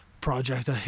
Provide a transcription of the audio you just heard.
Project